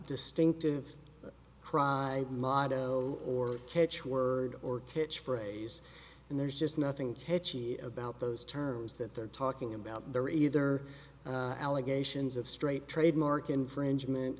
distinctive cry motto or catch word or pitch phrase and there's just nothing about those terms that they're talking about there either allegations of straight trademark infringement